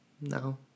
No